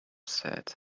said